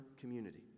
community